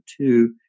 two